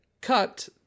cut